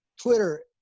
Twitter